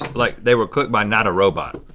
like they were cooked by not a robot,